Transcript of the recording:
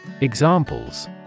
Examples